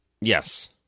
Yes